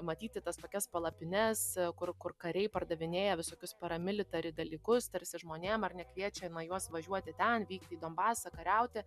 matyti tas tokias palapines kur kur kariai pardavinėja visokius paramilitari dalykus tarsi žmonėm ar ne kviečiama juos važiuoti ten vykti į donbasą kariauti